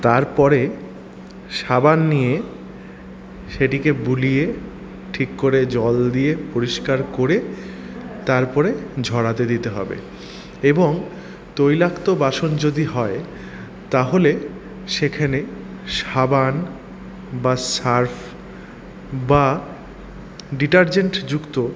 তারপরে সাবান নিয়ে সেটিকে বুলিয়ে ঠিক করে জল দিয়ে পরিষ্কার করে তারপরে ঝড়াতে দিতে হবে এবং তৈলাক্ত বাসন যদি হয় তাহলে সেখেনে সাবান বা সার্ফ বা ডিটারজেন্ট যুক্ত